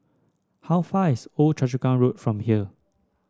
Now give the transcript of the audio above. how far is Old Choa Chu Kang Road from here